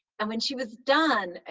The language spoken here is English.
and when she was done,